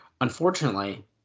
Unfortunately